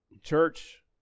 church